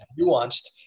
Nuanced